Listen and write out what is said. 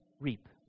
reap